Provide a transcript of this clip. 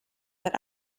that